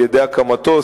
על-ידי הקמתו,